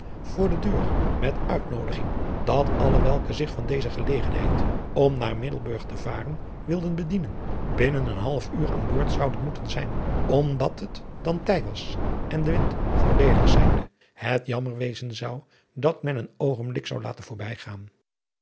voor de deur met uitnoodiging dat alle welke zich van deze gelegenheid om naar middelburg te varen wilden bedienen binnen een half uur aan boord zouden moeten zijn omdat het dan tij was en de wind voordeelig zijnde het jammer wezen zou dat men een oogenblik zou laten voorbijgaan